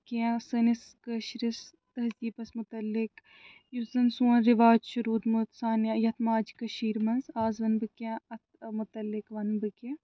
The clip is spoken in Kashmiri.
کیٚنٛہہ سٲنِس کٲشرِس تہذیٖبس متعلق یُس زن سون رِواج چھُ روٗدمُت سانہِ یَتھ ماجہِ کٔشیٖرِ منٛز آز ونہٕ بہٕ کیٚنٛہہ اَتھ متعلق ونہٕ بہٕ کیٚنٛہہ